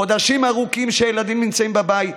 חודשים ארוכים שהילדים נמצאים בבית.